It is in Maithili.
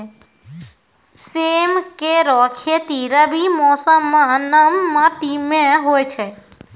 सेम केरो खेती रबी मौसम म नम माटी में होय छै